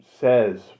says